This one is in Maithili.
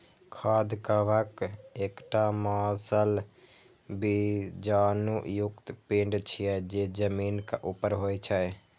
खाद्य कवक एकटा मांसल बीजाणु युक्त पिंड छियै, जे जमीनक ऊपर होइ छै